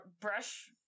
brush